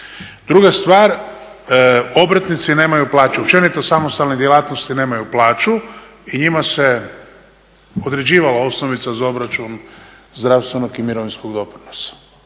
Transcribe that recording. Druga stvar, obrtnici nemaju plaću, općenito samostalne djelatnosti nemaju plaću i njima se određivala osnovica za obračun zdravstvenog i mirovinskog doprinosa